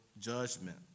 judgment